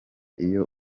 iyo